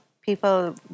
people